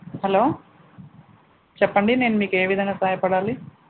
hello చెప్పండి నేను మీకు ఏ విధంగా సహాయపడాలి